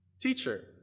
Teacher